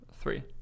three